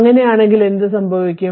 അങ്ങനെയാണെങ്കിൽ എന്ത് സംഭവിക്കും